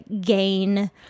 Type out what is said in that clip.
gain